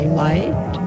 light